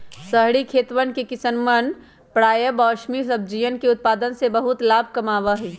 शहरी खेतवन में किसवन प्रायः बेमौसमी सब्जियन के उत्पादन से बहुत लाभ कमावा हई